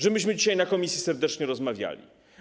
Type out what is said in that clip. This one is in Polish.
Że my dzisiaj na komisji serdecznie rozmawialiśmy?